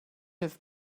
have